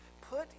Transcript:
put